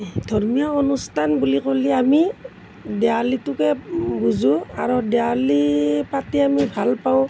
ধৰ্মীয় অনুষ্ঠান বুলি ক'লে আমি দেৱালীটোকে বুজোঁ আৰু দেৱালী পাতি আমি ভাল পাওঁ